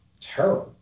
terror